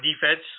defense